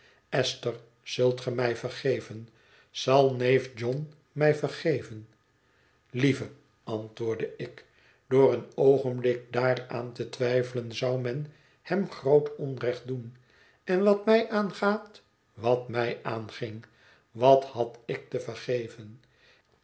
esther zult ge mij vergeven zal neef john mij vergeven lieve antwoordde ik door een oogenblik daaraan te twijfelen zou men hem groot onrecht doen en wat mij aangaat wat mij aanging wat had ik te vergeven